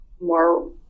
more